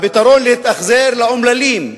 והפתרון, להתאכזר לאומללים,